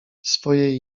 swojej